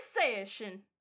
session